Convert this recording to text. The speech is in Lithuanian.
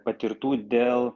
patirtų dėl